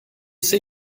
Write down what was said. say